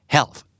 Health